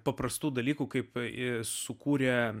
paprastų dalykų kaip ir sukūrė